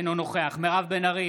אינו נוכח מירב בן ארי,